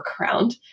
workaround